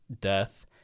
death